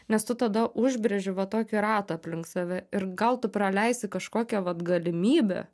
nes tu tada užbrėži va tokį ratą aplink save ir gal tu praleisi kažkokią vat galimybę